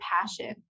passion